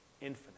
Infinite